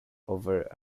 over